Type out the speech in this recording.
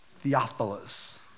Theophilus